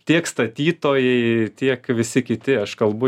tiek statytojai tiek visi kiti aš kalbu